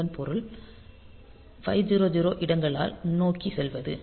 இதன் பொருள் 500 இடங்களால் முன்னோக்கிச் செல்வது